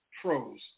pros